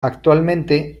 actualmente